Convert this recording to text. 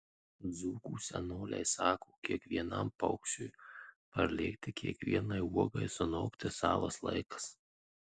dzūkų senoliai sako kiekvienam paukščiui parlėkti kiekvienai uogai sunokti savas laikas